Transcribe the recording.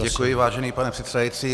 Děkuji, vážený pane předsedající.